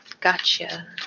gotcha